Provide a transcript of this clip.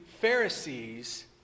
Pharisees